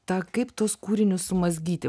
tą kaip tus kūrinius sumazgyti